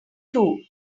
too